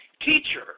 Teacher